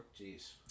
Jeez